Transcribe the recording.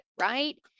right